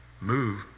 move